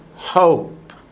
Hope